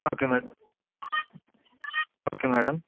okay madam okay madam